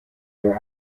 their